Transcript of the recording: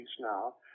now